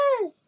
Yes